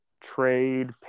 trade